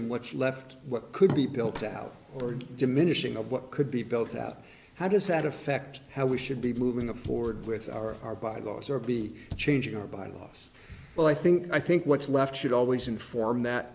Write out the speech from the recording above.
in what's left what could be built out or diminishing of what could be built out how does that affect how we should be moving the forward with our bylaws or be changing our buying off well i think i think what's left should always inform that